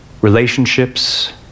relationships